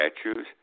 statues